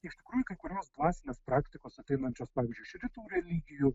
iš tikrųjų kai kurios dvasinės praktikos apeinančios pavyzdžiui iš rytų religijų